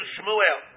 Shmuel